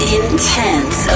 intense